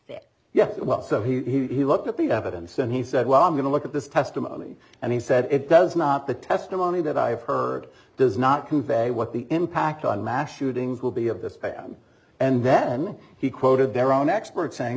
that yet well so he looked at the evidence and he said well i'm going to look at this testimony and he said it does not the testimony that i've heard does not convey what the impact on mass shootings will be of this item and then he quoted their own expert saying